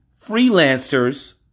freelancers